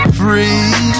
free